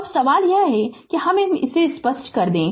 तो अब सवाल यह है हम इसे स्पष्ट कर दे